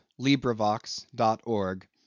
LibriVox.org